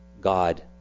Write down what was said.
God